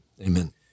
Amen